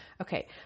Okay